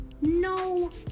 no